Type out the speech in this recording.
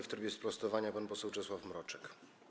W trybie sprostowania pan poseł Czesław Mroczek.